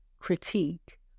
critique